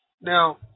Now